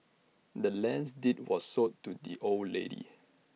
the land's deed was sold to the old lady